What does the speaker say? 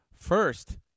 first